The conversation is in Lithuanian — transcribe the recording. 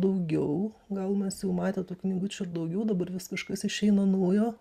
daugiau gal mes jau matę tų knygučių ir daugiau dabar vis kažkas išeina naujo